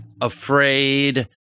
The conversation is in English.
afraid